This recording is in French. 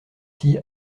six